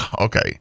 okay